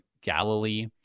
Galilee